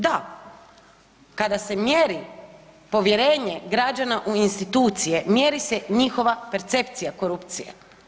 Da, kada se mjeri povjerenje građana u institucije, mjeri se njihova percepcija korupcije.